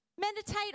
Meditate